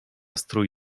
strój